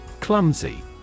Clumsy